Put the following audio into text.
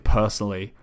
personally